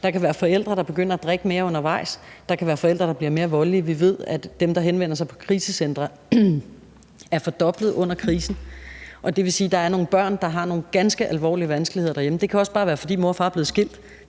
Der kan være forældre, der begynder at drikke mere undervejs, der kan være forældre, der bliver mere voldelige. Vi ved, at antallet af dem, der henvender sig på krisecentre, er fordoblet under krisen, og det vil sige, at der er nogle børn, der har nogle ganske alvorlige vanskeligheder derhjemme. Det kan også bare være, fordi mor og far er blevet skilt,